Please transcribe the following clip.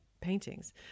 paintings